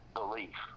belief